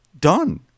done